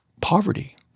poverty